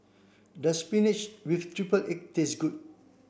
does spinach with triple egg taste good